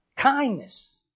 Kindness